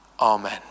Amen